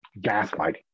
gaslighting